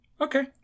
Okay